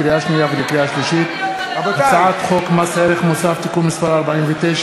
לקריאה שנייה ולקריאה שלישית: הצעת חוק מס ערך מוסף (תיקון מס' 49),